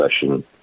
session